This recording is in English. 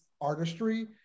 artistry